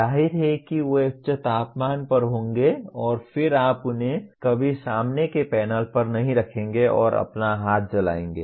जाहिर है कि वे उच्च तापमान पर होंगे और फिर आप उन्हें कभी सामने के पैनल पर नहीं रखेंगे और अपना हाथ जलाएंगे